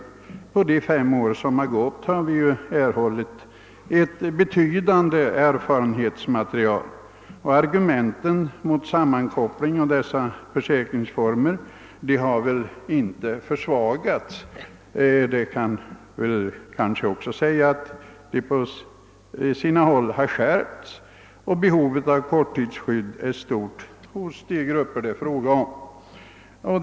Under de fem år som gått har vi vunnit betydande erfarenheter, och argumenten mot en sammankoppling av de försäkringsformer det här gäller har väl inte försvagats utan tvärtom på sina håll förstärkts. Behovet av korttidsskydd för de grupper det här är fråga om är stort.